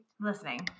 Listening